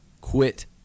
Quit